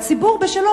והציבור בשלו.